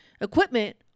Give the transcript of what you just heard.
equipment